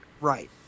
Right